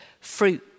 fruit